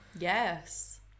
yes